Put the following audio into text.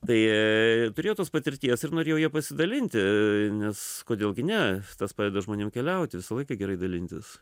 tai turėjau tos patirties ir norėjau ją pasidalinti nes kodėl gi ne tas padeda žmonėms keliauti visą laiką gerai dalintis